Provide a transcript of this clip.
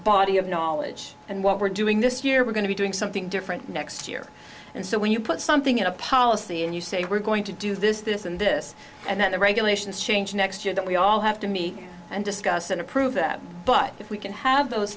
body of knowledge and what we're doing this year we're going to be doing something different next year and so when you put something in a policy and you say we're going to do this this and this and then the regulations change next year that we all have to meet and discuss and approve that but if we can have those